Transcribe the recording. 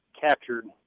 captured